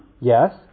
yes